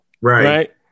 right